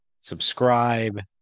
subscribe